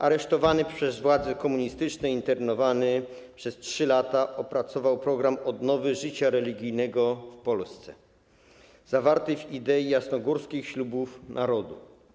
Aresztowany przez władze komunistyczne i internowany przez 3 lata, opracował program odnowy życia religijnego w Polsce zawarty w idei Jasnogórskich Ślubów Narodu.